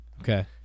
okay